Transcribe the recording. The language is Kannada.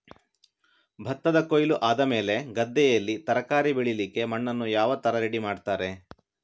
ಭತ್ತದ ಕೊಯ್ಲು ಆದಮೇಲೆ ಗದ್ದೆಯಲ್ಲಿ ತರಕಾರಿ ಬೆಳಿಲಿಕ್ಕೆ ಮಣ್ಣನ್ನು ಯಾವ ತರ ರೆಡಿ ಮಾಡ್ತಾರೆ?